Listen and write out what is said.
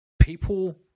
people